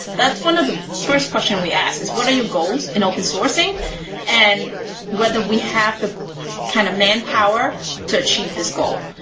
that's one of the first question we ask, is what are your goals in open sourcing and whether we have the kind of manpower to achieve this goal.